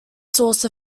source